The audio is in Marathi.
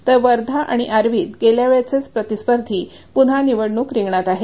तर वर्धा आणि आर्वीत गेल्यावेळचेच प्रतिस्पर्धी पुन्हा निवडणूक रिंगणात आहेत